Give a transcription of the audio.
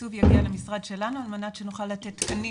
התקצוב יגיע למשרד שלנו על מנת שנוכל לתת תקנים